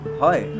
hi